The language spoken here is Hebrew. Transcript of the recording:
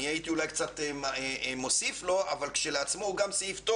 אני הייתי אולי קצת מוסיף לו, אבל הוא סעיף טוב.